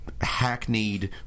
hackneyed